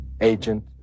agent